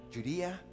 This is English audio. Judea